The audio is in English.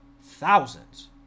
thousands